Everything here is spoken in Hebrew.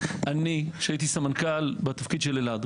אני כשהייתי סמנכ"ל בתפקיד של אלעד,